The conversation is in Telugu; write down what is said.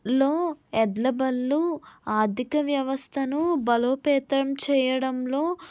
లో ఎడ్ల బళ్ళు ఆర్థిక వ్యవస్థను బలోపేతం చేయడంలో